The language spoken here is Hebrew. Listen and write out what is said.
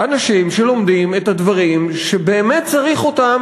אנשים שלומדים את הדברים שבאמת צריך אותם,